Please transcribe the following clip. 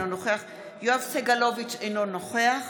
אינו נוכח יואב סגלוביץ' אינו נוכח